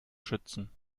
schützen